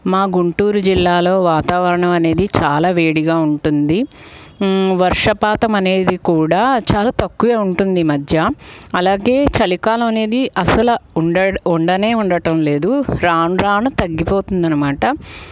మా గుంటూరు జిల్లాలో వాతావరణం అనేది చాలా వేడిగా ఉంటుంది వర్షపాతం అనేది కూడా చాలా తక్కువ ఉంటుంది ఈ మధ్య అలాగే చలికాలం అనేది అసలు ఉండ ఉండనే ఉండటం లేదు రాను రాను తగ్గిపోతుంది అన్నమాట